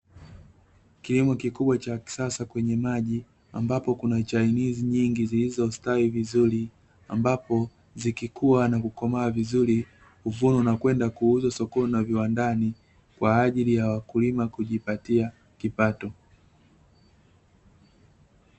Kilimo kikubwa cha kisasa kwenye maji, ambapo kuna chainizi nyingi zilizostawi vizuri, ambapo zikikuwa na kukomaa vizuri huvunwa na kwenda kuuzwa sokoni na viwandani kwa ajili ya wakulima kujipatia kipato.